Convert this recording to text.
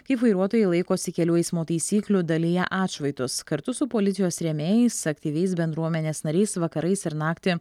kaip vairuotojai laikosi kelių eismo taisyklių dalija atšvaitus kartu su policijos rėmėjais aktyviais bendruomenės nariais vakarais ir naktį